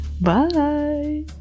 Bye